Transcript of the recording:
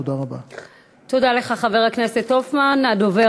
תודה לך, חבר הכנסת הופמן.